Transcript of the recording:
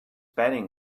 betting